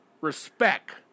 Respect